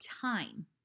time